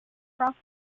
cross